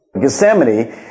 Gethsemane